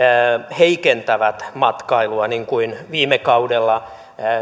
heikentävät matkailua niin kuin viime kaudella